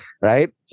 right